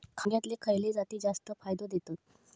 वांग्यातले खयले जाती जास्त फायदो देतत?